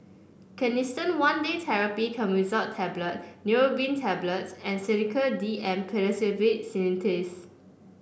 Canesten One Day Therapy Clotrimazole Tablet Neurobion Tablets and Sedilix D M Pseudoephrine Linctus